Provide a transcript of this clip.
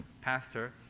pastor